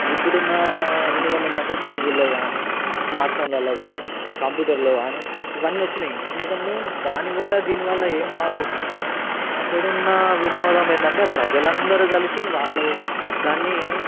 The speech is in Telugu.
ఇప్పుడున్న వినోదం ఏంటంటే టీవీలల్లో కానీ స్మార్ట్ ఫోన్లల్లో కానీ కంప్యూటర్లో కానీ ఇవన్నీ వచ్చినాయి ఎందుకంటే దాని వల్ల దీని వల్ల ఏం మార్పు వచ్చింది అంటే అప్పుడున్న వినోదం ఏంటంటే ప్రజలందరు కలిసి వాళ్ళు దాన్ని